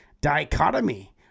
Dichotomy